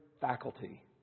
faculty